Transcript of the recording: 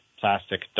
plastic